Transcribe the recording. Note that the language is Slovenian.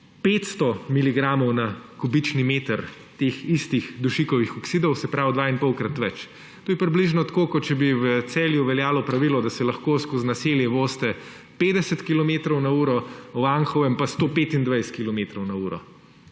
na kubični meter, teh istih dušikovih oksidov, se pravi, je 2,5 krat več. To je približno tako, kot če bi v Celju veljalo pravilo, da se lahko skozi naselje vozite 50 kilometrov na uro, v Anhovem pa 125 kilometrov